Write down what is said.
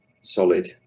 solid